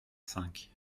cinq